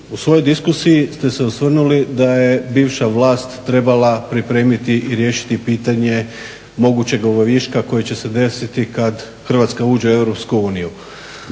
U svojoj diskusiji ste se osvrnuli da je bivša vlast trebala pripremiti i riješiti pitanje mogućeg viška koji će se desiti kada Hrvatska uđe u